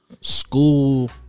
school